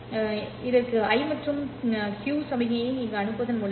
எனவே இதற்கு I சமிக்ஞை மற்றும் Q சமிக்ஞையை இங்கு அனுப்புவதன் மூலம்